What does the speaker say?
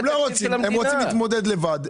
הם לא רוצים, הם רוצים להתמודד לבד.